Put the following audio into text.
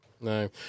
No